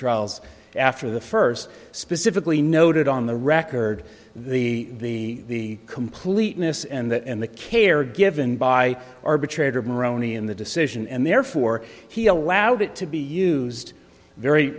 trials after the first specifically noted on the record the completeness and that and the care given by arbitrator moroni in the decision and therefore he allowed it to be used very